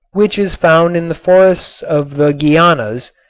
which is found in the forests of the guianas,